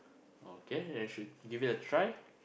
okay actually give it a try